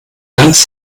ganz